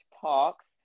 Talks